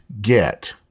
get